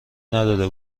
نداده